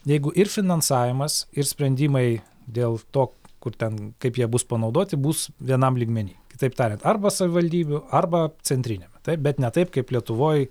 jeigu ir finansavimas ir sprendimai dėl to kur ten kaip jie bus panaudoti bus vienam lygmeny kitaip tariant arba savivaldybių arba centriniame taip bet ne taip kaip lietuvoj